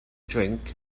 drink